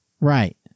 Right